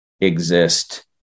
exist